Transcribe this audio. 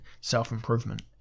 self-improvement